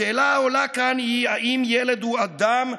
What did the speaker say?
השאלה העולה כאן היא: האם ילד הוא אדם,